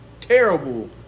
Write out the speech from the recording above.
terrible